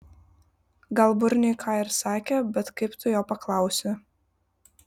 gal burniui ką ir sakė bet kaip tu jo paklausi